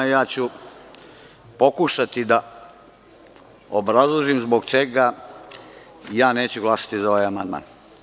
Ja ću pokušati da obrazložim zbog čega ja neću glasati za ovaj amandman.